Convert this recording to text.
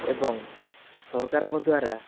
ଏବଂ ସରକାରଙ୍କ ଦ୍ଵାରା